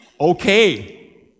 okay